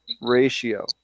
ratio